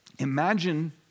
Imagine